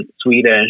Swedish